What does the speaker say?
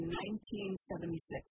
1976